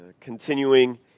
Continuing